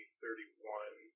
thirty-one